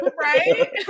Right